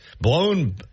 blown